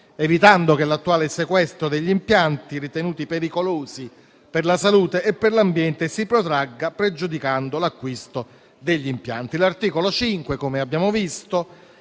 evitando che l'attuale sequestro degli impianti ritenuti pericolosi per la salute e per l'ambiente si protragga, pregiudicando l'acquisto degli impianti.